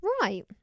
Right